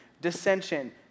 dissension